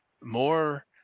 more